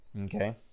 Okay